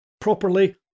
properly